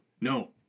No